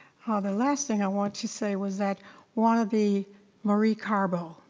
ah the last thing i wanted to say was that one of the marie carbot,